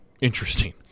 Interesting